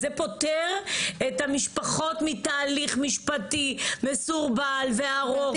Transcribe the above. אז זה פוטר את המשפחות מתהליך משפטי מסורבל וארוך.